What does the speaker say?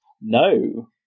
No